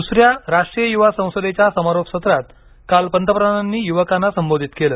दुसऱ्या राष्ट्रीय युवा संसदेच्या समारोप सत्रात काल पंतप्रधानांनी युवकांना संबोधित केलं